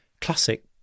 Classic